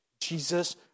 Jesus